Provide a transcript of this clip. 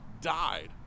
died